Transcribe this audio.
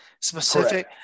specific